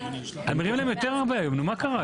נותנים להם --- מה קרה היום?